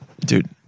Dude